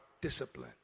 discipline